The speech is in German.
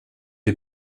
die